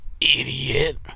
idiot